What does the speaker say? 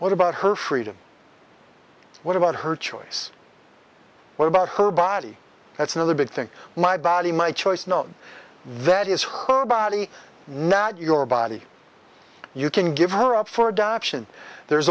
what about her freedom what about her choice what about her body that's another big thing my body my choice not that is her body not your body you can give her up for adoption there's